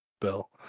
Bill